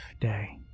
day